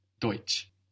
Deutsch